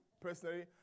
personally